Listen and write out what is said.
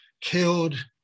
killed